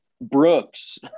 Brooks